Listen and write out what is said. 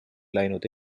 läinud